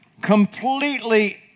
completely